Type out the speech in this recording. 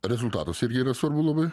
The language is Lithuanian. rezultatas irgi yra svarbu labai